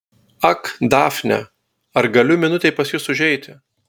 ak dafne ar galiu minutei pas jus užeiti